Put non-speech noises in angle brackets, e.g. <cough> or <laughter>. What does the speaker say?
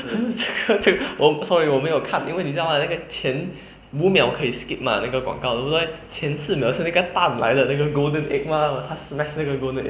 <laughs> 这个这个我 sorry 我没有看因为你知道吗那个前五秒可以 skip mah 那个广告 you know 前四秒是那个蛋来的那个 golden egg mah they smash 那个 golden egg